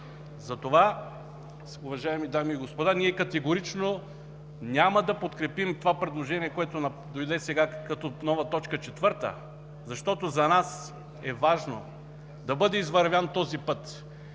Затова, уважаеми дами и господа, ние категорично няма да подкрепим това предложение, което дойде сега като нова т. 4, защото за нас е важно да бъде извървян този път